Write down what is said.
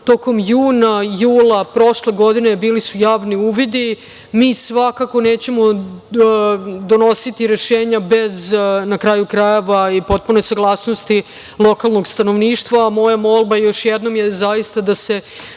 Tokom juna, jula prošle godine bili su javni uvidi. Mi svakako nećemo donositi rešenja bez, na kraju krajeva, potpune saglasnosti lokalnog stanovništva a moja molba još jednom je zaista da se